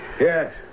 Yes